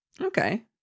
Okay